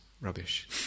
rubbish